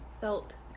felt